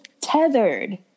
tethered